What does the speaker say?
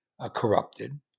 corrupted